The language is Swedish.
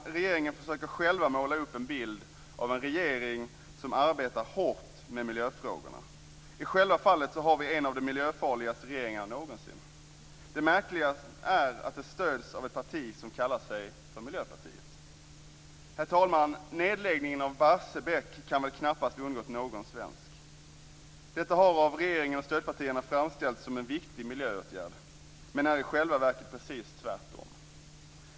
Regeringen försöker själv måla upp en bild av en regering som arbetar hårt med miljöfrågorna. I själva verket har vi en av de miljöfarligaste regeringarna någonsin. Det märkliga är att den stöds av ett parti som kallar sig Miljöpartiet. Herr talman! Nedläggningen av Barsebäck kan väl knappast ha undgått någon svensk. Detta har av regeringen och stödpartierna framställts som en viktig miljöåtgärd, men det är i själva verket precis tvärtom.